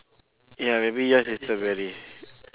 ya maybe yours is strawberry